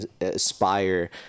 aspire